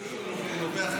נובח אחרת?